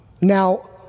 Now